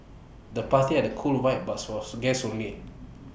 the party had cool vibe but was for guests only